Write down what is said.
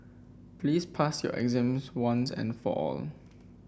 please pass your exams once and for all